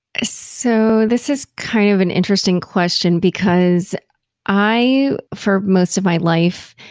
ah so this is kind of an interesting question, because i for most of my life,